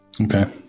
Okay